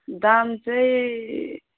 दाम चाहिँ